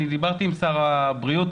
דיברתי עם שר הבריאות,